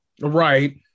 Right